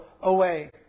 away